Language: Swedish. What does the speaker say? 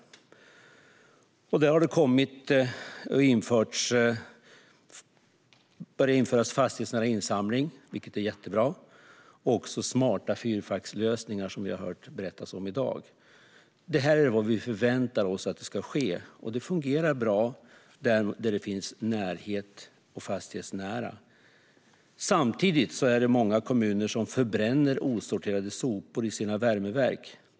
Man har börjat införa fastighetsnära insamling, vilket är jättebra, och det finns också smarta fyrfackslösningar som vi har hört berättas om i dag. Detta är vad vi väntar oss ska ske. Det fungerar bra där det sköts fastighetsnära. Samtidigt är det dock många kommuner som förbränner osorterade sopor i sina värmeverk.